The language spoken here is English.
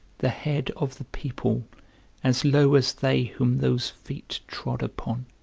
the head of the people as low as they whom those feet trod upon